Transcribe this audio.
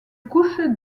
couche